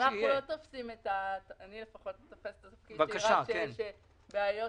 אני לא תופסת שרק כשיש בעיות